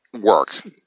work